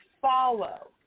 follow